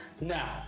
Now